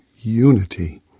unity